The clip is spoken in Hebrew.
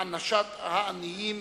הענשת העניים